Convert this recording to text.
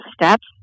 steps